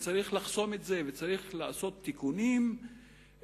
ולכן צריך לחסום את זה וצריך לעשות תיקונים בחוק,